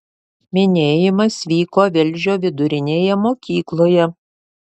minėjimas vyko velžio vidurinėje mokykloje